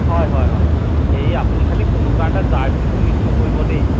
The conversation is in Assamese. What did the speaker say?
হয় হয় হয় এই আপুনি খালি কোনো কাৰণতে জাৰ্চিটো মিক্স নকৰিব দেই